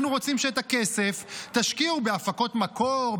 אנחנו רוצים שאת הכסף תשקיעו בהפקות מקור,